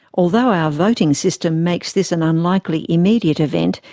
although our voting system makes this an unlikely immediate event,